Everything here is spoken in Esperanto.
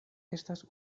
estas